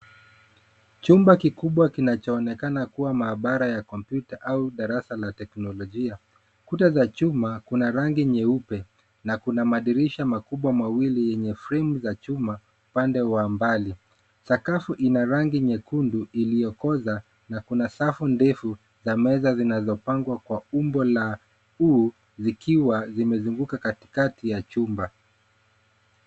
Chumba kikubwa kinachoonekana kuwa maabara ya kompyuta au darasa la teknolojia. Kuta za chuma, kuna rangi nyeupe na kuna madirisha makubwa mawili yenye frame za chuma upande wa mbali. Sakafu ina rangi nyekundu iliyokoza na kuna safu ndefu za meza zinazopangwa kwa umbo la U zikiwa zimezunguka katikati ya chumba.